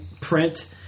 print